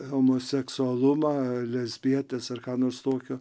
homoseksualumą lesbietes ar ką nors tokio